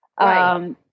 Right